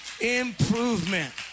improvement